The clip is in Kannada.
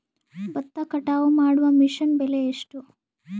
ಭತ್ತ ಕಟಾವು ಮಾಡುವ ಮಿಷನ್ ಬೆಲೆ ಎಷ್ಟು?